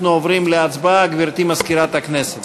אנחנו עוברים להצבעה, גברתי מזכירת הכנסת.